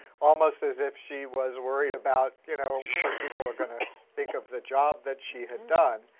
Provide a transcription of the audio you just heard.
almost as if she was worried about you know what people are going to think of the job that she had done.